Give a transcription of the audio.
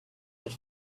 but